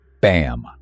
bam